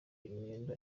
imyenda